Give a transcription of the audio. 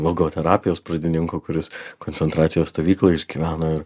logoterapijos pradininko kuris koncentracijos stovykloj išgyveno ir